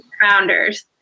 Founders